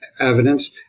evidence